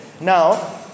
Now